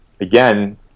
again